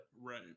right